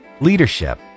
leadership